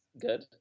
good